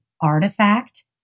artifact